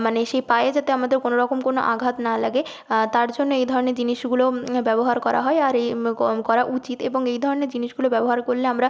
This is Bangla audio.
মানে সেই পায়ে যাতে আমাদের কোনো রকম কোনো আঘাত না লাগে তার জন্য এই ধরনের জিনিসগুলো ব্যবহার করা হয় আর এই ক করা উচিত এবং এই ধরনের জিনিসগুলো ব্যবহার করলে আমরা